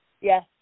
Yes